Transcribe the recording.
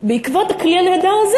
בעקבות הכלי הנהדר הזה,